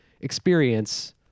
experience